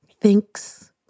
thinks